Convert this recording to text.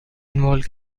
involve